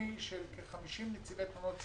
בינלאומי של כ-50 נציגי תלונות הציבור,